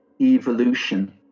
evolution